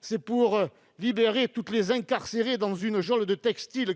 C'est pour libérer toutes les incarcérées dans une geôle de textile-